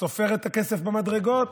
סופר את הכסף במדרגות.